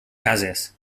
cases